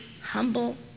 humble